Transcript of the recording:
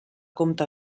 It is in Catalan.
compte